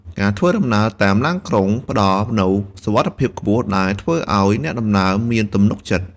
ការធ្វើដំណើរតាមឡានក្រុងផ្តល់នូវសុវត្ថិភាពខ្ពស់ដែលធ្វើឱ្យអ្នកដំណើរមានទំនុកចិត្ត។